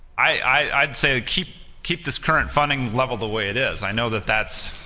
i'd say to keep keep this current funding level the way it is. i know that that's